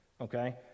Okay